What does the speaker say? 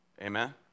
Amen